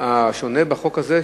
השונה בהצעת החוק הזאת,